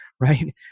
right